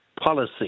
policy